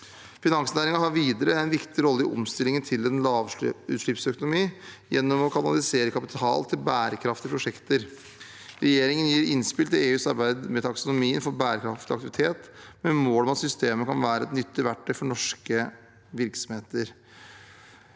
Finansnæringen har videre en viktig rolle i omstillingen til en lavutslippsøkonomi gjennom å kanalisere kapital til bærekraftige prosjekter. Regjeringen gir innspill til EUs arbeid med taksonomien for bærekraftig aktivitet, med mål om at systemet kan være et nyttig verktøy for norske virksomheter.